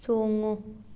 ꯆꯣꯡꯉꯨ